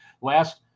last –